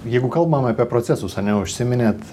jeigu kalbam apie procesus ane užsiminėt